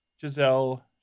Giselle